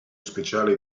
speciale